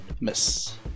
Miss